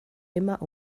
immer